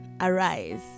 Arise